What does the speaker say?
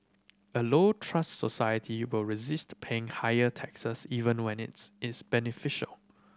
a low trust society will resist paying higher taxes even when it's is beneficial